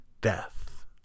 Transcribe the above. death